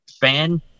fan